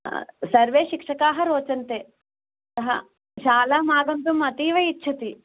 सर्वे शिक्षकाः रोचन्ते शालाम् आगन्तुम् अतीव इच्छति